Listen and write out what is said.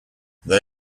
they